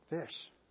fish